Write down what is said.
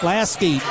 Lasky